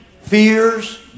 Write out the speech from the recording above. fears